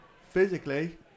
physically